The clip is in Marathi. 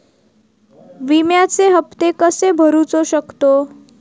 विम्याचे हप्ते कसे भरूचो शकतो?